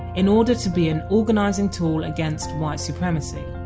in order to be an organising tool against white supremacy